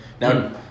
Now